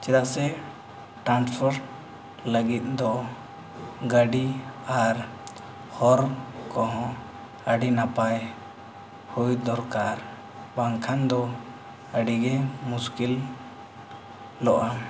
ᱪᱮᱫᱟᱜ ᱥᱮ ᱞᱟᱹᱜᱤᱫ ᱫᱚ ᱜᱟᱹᱰᱤ ᱟᱨ ᱦᱚᱨ ᱠᱚᱦᱚᱸ ᱟᱹᱰᱤ ᱱᱟᱯᱟᱭ ᱦᱩᱭ ᱫᱚᱨᱠᱟᱨ ᱵᱟᱝᱠᱷᱟᱱ ᱫᱚ ᱟᱹᱰᱤᱜᱮ ᱢᱩᱥᱠᱤᱞᱚᱜᱼᱟ